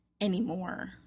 anymore